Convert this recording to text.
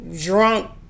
drunk